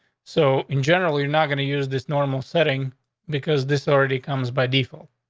so in general, you're not going to use this normal setting because this already comes by default.